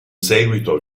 seguito